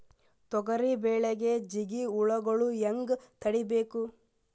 ತೊಗರಿ ಬೆಳೆಗೆ ಜಿಗಿ ಹುಳುಗಳು ಹ್ಯಾಂಗ್ ತಡೀಬೇಕು?